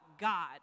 God